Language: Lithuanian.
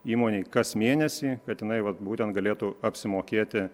įmonei kas mėnesį kad jinai vat būtent galėtų apsimokėti